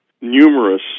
numerous